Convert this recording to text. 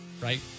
right